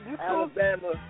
Alabama